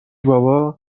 بابا